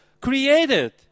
created